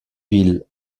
villes